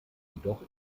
jedoch